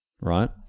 Right